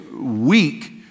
weak